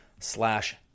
Slash